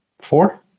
four